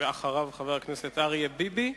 ואחריו, חבר הכנסת אריה ביבי.